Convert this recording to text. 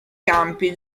campi